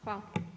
Hvala.